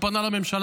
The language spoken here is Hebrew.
הוא פנה לממשלה,